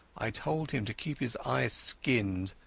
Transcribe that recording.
i told him to keep his eyes skinned,